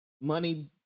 money